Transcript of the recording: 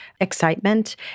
excitement